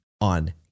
on